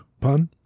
pun